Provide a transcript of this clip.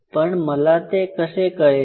पण मला ते कसे कळेल